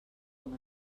amb